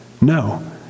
No